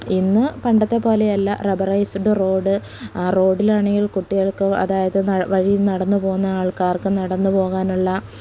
ഇന്ന് പണ്ടത്തെ പോലെയല്ല റബ്ബറൈസ്ഡ് റോഡ് ആ റോഡിലാണെങ്കിൽ കുട്ടികൾക്ക് അതായത് വഴി നടന്നു പോകുന്ന ആൾക്കാർക്ക് നടന്ന് പോകാനുള്ള